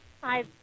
Hi